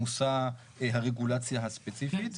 מושא הרגולציה הספציפית.